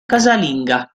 casalinga